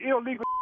illegal